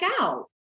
out